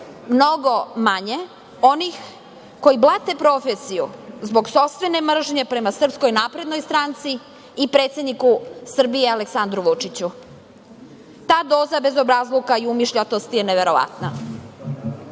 mnogo manje onih koji blate profesiju zbog sopstvene mržnje prema SNS i predsedniku Srbije Aleksandru Vučiću. Ta toga bezobrazluka i umišljenosti je neverovatna.